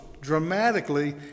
dramatically